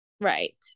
Right